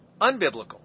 unbiblical